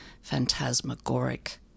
phantasmagoric